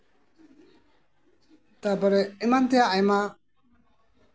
ᱛᱟᱨᱯᱚᱨᱮ ᱮᱢᱟᱱ ᱛᱮᱭᱟᱜ ᱟᱭᱢᱟ